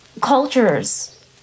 cultures